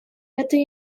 это